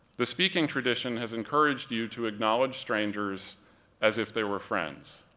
the speaking tradition has encouraged you to acknowledge strangers as if they were friends.